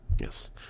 yes